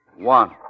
One